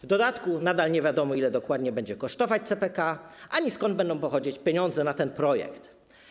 W dodatku nadal nie wiadomo, ile dokładnie będzie kosztować CPK, ani skąd będą pochodzić pieniądze na ten projekt.